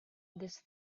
this